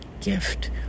gift